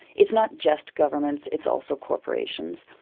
it's not just governments, it's also corporations.